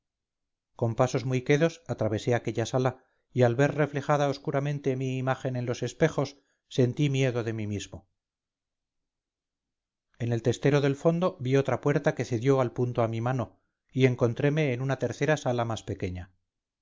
con pasos muy quedos atravesé aquella sala y al ver reflejada oscuramente mi imagen en los espejos sentía miedo de mí mismo en el testero del fondo vi otra puerta que cedió al punto a mi mano y encontreme en una tercera sala más pequeña